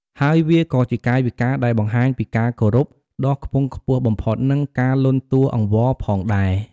ហើយវាក៏ជាកាយវិការដែលបង្ហាញពីការគោរពដ៏ខ្ពង់ខ្ពស់បំផុត និងការលន់តួអង្វរផងដែរ។